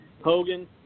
Hogan